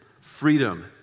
freedom